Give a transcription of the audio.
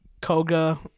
Koga